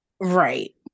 Right